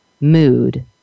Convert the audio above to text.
mood